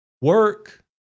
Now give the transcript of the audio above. work